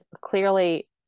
clearly